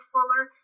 Fuller